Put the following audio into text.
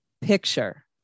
picture